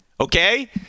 Okay